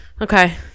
Okay